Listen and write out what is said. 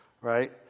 right